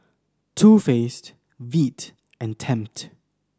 Too Faced Veet and Tempt